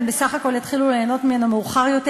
הן בסך הכול יתחילו ליהנות ממנו מאוחר יותר,